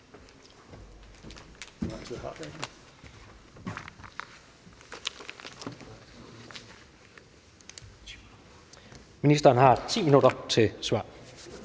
Ministeren har 10 minutter til et svar.